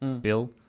bill